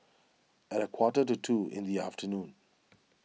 at a quarter to two in the afternoon